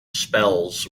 spells